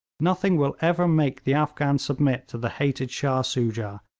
nothing will ever make the afghans submit to the hated shah soojah,